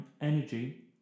energy